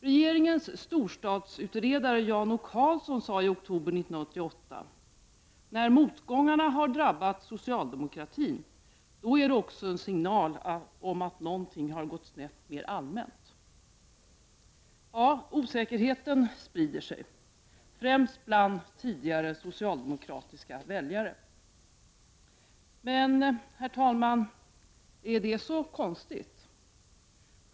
Regeringens storstadsutredare Jan O Karlsson sade i oktober 1988: ”När motgångarna har drabbat socialdemokratin, då är det också en signal om att någonting har gått snett mer allmänt.” Ja, osäkerheten sprider sig, främst bland tidigare socialdemokratiska väljare. Men, herr talman, är det så konstigt?